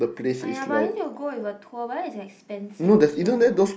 aiyah but I need to go with a tour but it's like expensive also